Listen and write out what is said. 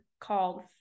called